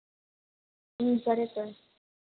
సరే సార్